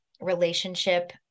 relationship